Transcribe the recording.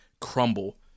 crumble